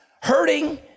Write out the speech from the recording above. hurting